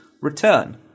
return